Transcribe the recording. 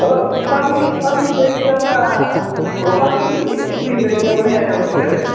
ᱟᱫᱚ ᱚᱠᱟ ᱵᱤᱱ ᱚᱠᱟ ᱵᱤᱱ ᱞᱟᱹᱭᱠᱮᱜᱼᱟ ᱚᱱᱟ ᱞᱚᱦᱟᱠᱟᱹᱢᱤ ᱥᱮ ᱪᱮᱫ ᱵᱤᱱ ᱞᱟᱹᱭ ᱠᱮᱫᱟ ᱵᱟᱞᱤᱧ ᱟᱸᱡᱚᱢ ᱴᱷᱤᱠᱟᱹ ᱞᱮᱫᱼᱟ